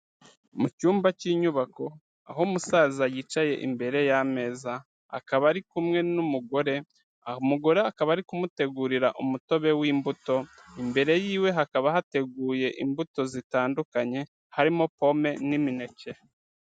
Mu cyumba k'inyubako aho umusaza yicaye imbere y'ameza akaba ari kumwe n'umugore, umugore akaba ari kumutegurira umutobe w'imbuto, imbere y'iwe hakaba hateguye imbuto zitandukanye harimo pome n'imineke.